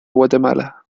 guatemala